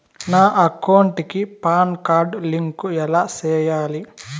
నా అకౌంట్ కి PAN card link ఎలా సేయాలి